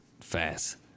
fast